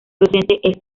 docente